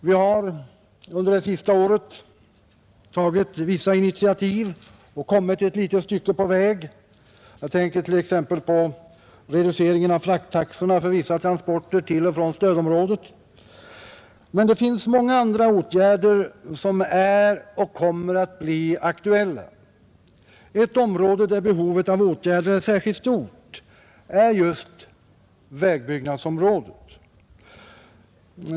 Vi har under det senaste året tagit vissa initiativ och kommit ett litet stycke på väg — jag tänker på reduceringen av frakttaxorna för vissa transporter till och från stödområdet — men det finns många andra åtgärder som är och kommer att bli aktuella. Ett område där behovet av åtgärder är särskilt stor är just vägbyggnadsområdet.